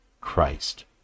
Christ